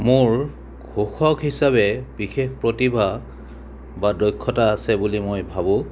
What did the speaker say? মোৰ ঘোষক হিচাপে বিশেষ প্ৰতিভা বা দক্ষতা আছে বুলি মই ভাবোঁ